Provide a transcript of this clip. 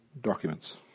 documents